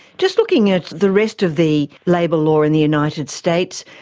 just looking at the rest of the labour law in the united states,